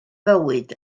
fywyd